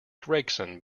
gregson